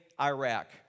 Iraq